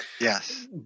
Yes